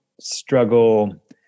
struggle